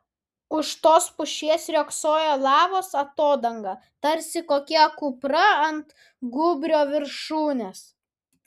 už tos pušies riogsojo lavos atodanga tarsi kokia kupra ant gūbrio viršūnės